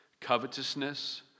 covetousness